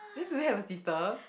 means you have a sister